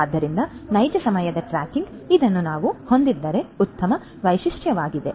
ಆದ್ದರಿಂದ ನೈಜ ಸಮಯದ ಟ್ರ್ಯಾಕಿಂಗ್ ಇದನ್ನು ನಾವು ಹೊಂದಿದ್ದರೆ ಉತ್ತಮ ವೈಶಿಷ್ಟ್ಯವಾಗಿದೆ